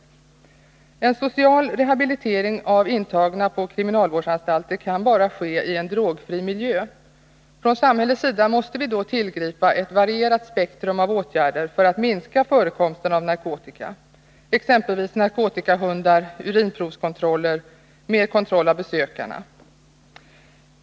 En social rehabilitering av intagna på kriminalvårdsanstalter kan bara ske i en drogfri miljö. Från samhällets sida måste vi då tillgripa ett varierat spektrum av åtgärder för att minska förekomsten av narkotika — exempelvis genom att ha narkotikahundar, urinprovskontroller och bättre kontroll av besökarna.